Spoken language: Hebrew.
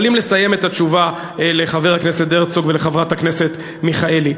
אבל אם לסיים את התשובה לחבר הכנסת הרצוג ולחברת הכנסת מיכאלי,